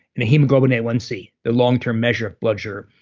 and hemoglobin a one c, the long-term measure of blood sugar.